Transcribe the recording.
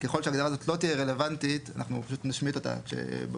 ככל שהוועדה הזאת לא תהיה רלוונטית אנחנו נשמיט אותה בנוסח.